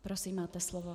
Prosím, máte slovo.